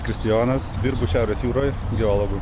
kristijonas dirbu šiaurės jūroj geologu